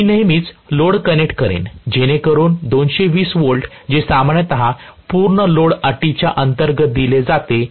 मी नेहमीच load connect करेन जेणेकरुन 220 V जे सामान्यत पूर्ण लोड अटीच्या अंतर्गत दिले जाते